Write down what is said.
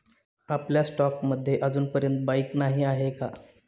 आपल्या स्टॉक्स मध्ये अजूनपर्यंत बाईक नाही आहे का?